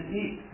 eat